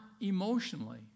emotionally